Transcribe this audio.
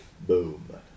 Boom